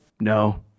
no